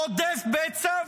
רודף בצע,